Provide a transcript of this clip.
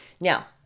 Now